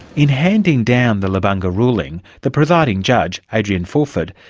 in handing down the lubanga ruling, the presiding judge, adrian fulford,